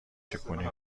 چکونی